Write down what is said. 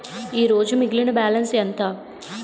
ఈరోజు మిగిలిన బ్యాలెన్స్ ఎంత?